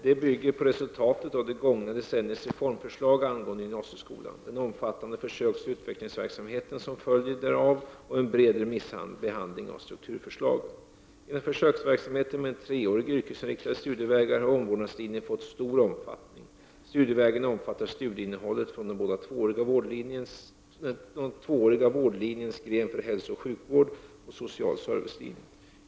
Det bygger på resultatet av det gångna decenniets reformförslag angående gymnasieskolan, den omfattande försöksoch utvecklingsverksamheten som följde därav och en bred remissbehandling av strukturförslagen. Inom försöksverksamheten med treåriga yrkesinriktade studievägar har omvårdnadslinjen fått stor omfattning. Studievägen omfattar studieinnehållet från både den tvååriga vårdlinjens gren för hälsooch sjukvård och den sociala servicelinjen.